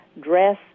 dress